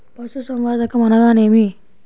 పశుసంవర్ధకం అనగానేమి?